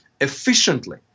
efficiently